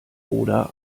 oder